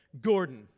Gordon